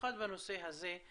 במיוחד בנושא הזה.